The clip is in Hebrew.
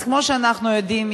אז כמו שאנחנו יודעים,